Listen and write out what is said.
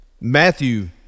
Matthew